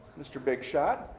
mr. big shot.